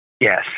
Yes